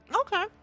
Okay